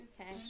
Okay